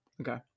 Okay